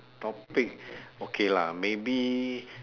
topic okay lah maybe